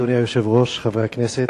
אדוני היושב-ראש, חברי הכנסת,